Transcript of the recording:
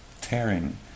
tearing